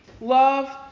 love